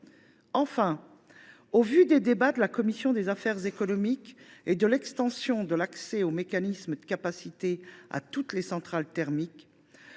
Enfin, au vu des débats de la commission des affaires économiques et de l’extension de l’accès au mécanisme de capacité à toutes les centrales thermiques,